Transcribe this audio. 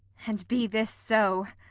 and be this so!